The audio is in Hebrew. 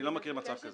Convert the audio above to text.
אני לא מכיר מצב כזה.